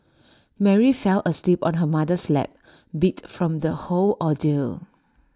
Mary fell asleep on her mother's lap beat from the whole ordeal